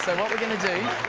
what we're gonna do,